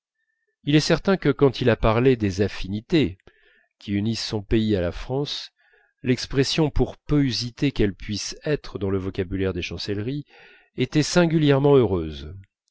il est certain que quand il a parlé des affinités qui unissent son pays à la france l'expression pour peu usitée qu'elle puisse être dans le vocabulaire des chancelleries était singulièrement heureuse